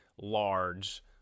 large